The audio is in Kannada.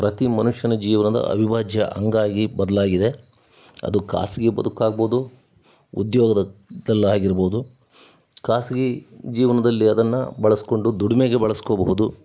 ಪ್ರತಿ ಮನುಷ್ಯನ ಜೀವನದ ಅವಿಭಾಜ್ಯ ಅಂಗ ಆಗಿ ಬದಲಾಗಿದೆ ಅದು ಖಾಸಗಿ ಬದುಕಾಗ್ಬೋದು ಉದ್ಯೋಗದದಲ್ಲಿ ಆಗಿರ್ಬೋದು ಖಾಸಗಿ ಜೀವನದಲ್ಲಿ ಅದನ್ನು ಬಳಸಿಕೊಂಡು ದುಡಿಮೆಗೆ ಬಳಸ್ಕೋಬಹುದು